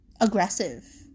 aggressive